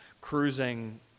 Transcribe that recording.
cruising